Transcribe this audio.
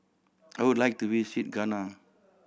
I would like to visit Ghana